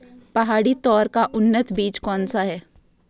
पहाड़ी तोर का उन्नत बीज कौन सा है?